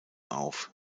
auf